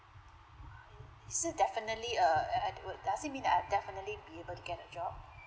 is it definitely err uh would does it means I'll definitely be able to get a job